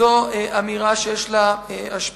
זו אמירה שיש לה השפעה.